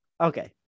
Okay